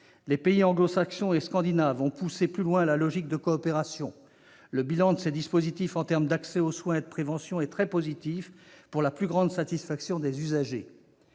Des pays anglo-saxons et scandinaves ont poussé plus loin la logique de coopération. Le bilan des dispositifs en question en termes d'accès aux soins et de prévention est très positif, pour la plus grande satisfaction des usagers.